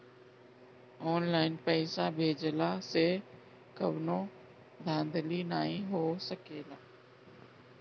online पइसा भेजला से कवनो धांधली नाइ हो सकेला